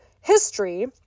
history